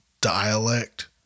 dialect